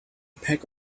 pack